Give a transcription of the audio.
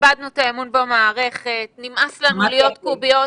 איבדנו את האמון במערכת, נמאס לנו להיות קוביות